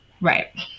right